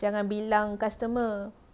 jangan bilang customer